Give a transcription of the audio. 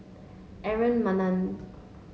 Aaron Maniam